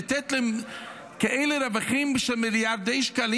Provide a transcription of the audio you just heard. לתת להם כאלה רווחים של מיליארדי שקלים